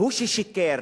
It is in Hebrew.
הוא ששיקר